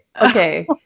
Okay